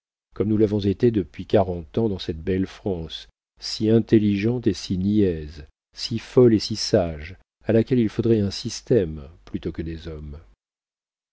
comme nous l'avons été depuis quarante ans dans cette belle france si intelligente et si niaise si folle et si sage à laquelle il faudrait un système plutôt que des hommes